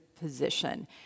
position